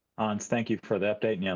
hans, thank you for that update. yeah